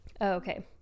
okay